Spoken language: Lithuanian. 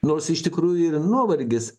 nors iš tikrųjų yra nuovargis